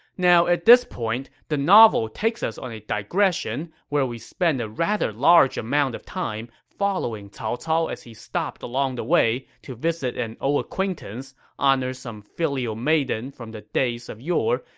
now, at this point, the novel takes us on a digression where we spend a rather large amount of time following cao cao as he stopped along the way to visit an old acquaintance, honor some filial maiden from the days of yore,